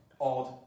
odd